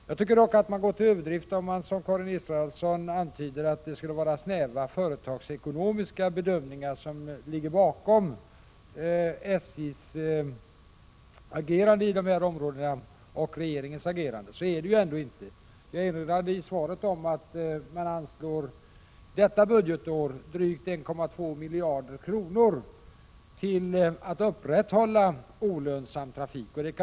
Jag tycker dock att man går till överdrift om man som Karin Israelsson antyder att snäva företagsekonomiska bedömningar skulle ligga bakom SJ:s och regeringens agerande i dessa frågor. Så är det ändå inte. Jag erinrade i svaret om att drygt 1,2 miljarder kronor anslås under detta budgetår för att upprätthålla olönsam trafik.